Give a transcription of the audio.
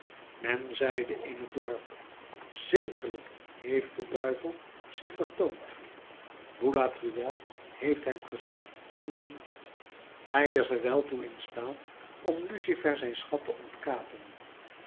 men zeide in het dorp zekerlijk heeft de duivel zich vertoond boulatruelle heeft hem gezien en zoekt hij is er wel toe in staat om lucifer zijn schat te